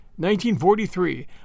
1943